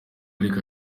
ariko